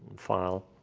file,